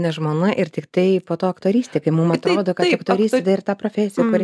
ne žmona ir tiktai po to aktorystė kai mum atrodo kad aktorystė tai yra ta profesija kuri